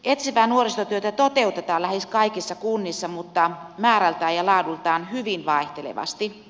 etsivää nuorisotyötä toteutetaan lähes kaikissa kunnissa mutta määrältään ja laadultaan hyvin vaihtelevasti